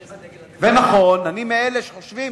נכון, אני מאלה שחושבים